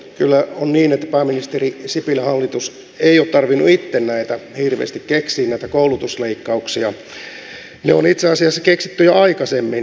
kyllä on niin että pääministeri sipilän hallituksen ei ole tarvinnut hirveästi itse keksiä näitä koulutusleikkauksia ne on itse asiassa keksitty jo aikaisemmin